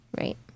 right